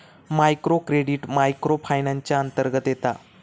micro credit micro finance च्या अंतर्गत येता